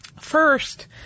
First